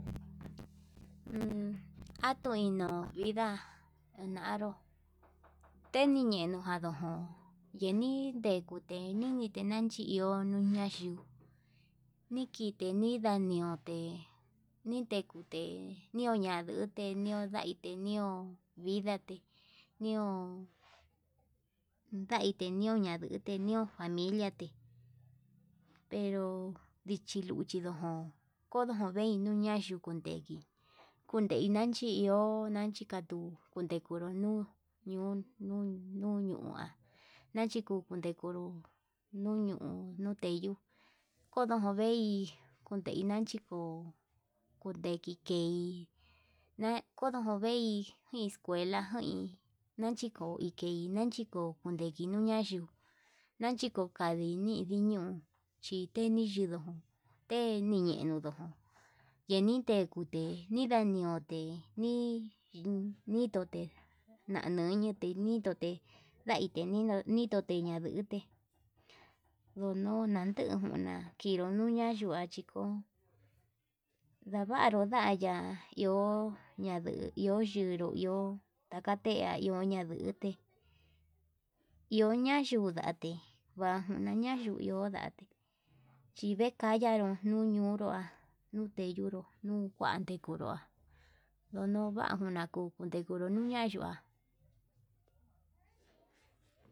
atui no inda'a añando teni ñeduu jon yenii ndenkute niñen nianchi iho, nuu na yuu nikite ninda niote nitekute niu nañute ñiuu, ño'o ndaite ño'o vida ño'o ndaite ño'o ndañote ñoo familia té pero ndichi luchi ndojón kondoñei nduu yan yukuu ndeki kundei nanchí iho nanchi katuu, ndekuru nuu ñuu nuu ñua nanchi kuu kundekonró nuu ñuu nunteyu, kondovei kunde nanchi ko'ókundeki ke'í nee kuduku vi escuela hi nanchiko ikei nanchiko kinee nuu nayo'o nachiko kadii ndi ndiñón chiteni yindo'o te'e niñendo nojó, nidenti kute ni doniote nii ndun nidote nayun ndute nii ndote nai niño nidoteya ndute ndon no ndandu juna kinru nuu nayuachi koo ndavaru ndaya'a iho yanduu iho nduyuu iho takaye ñaño'o ndayute iho ña'a yuu ndate, vanguna ña yuu iho yate chi vee kayanrua nuu yunrua nunde yunru nuu kua ndeduke ndoró ndono vanguna kuu kudenku konro nuyan ndua'a.